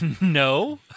No